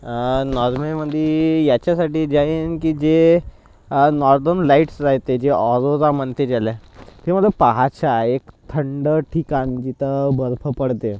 नॉर्वेमध्ये ह्याच्यासाठी जाईन की जे नॉर्दन लाइटस् राहते जी अरोरा म्हणते ज्याला ते मला पहायचं आहे एक थंड ठिकाण जिथं बर्फ पडते